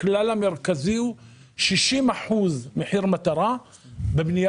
הכלל המרכזי הוא 60 אחוזים מחיר מטרה בבנייה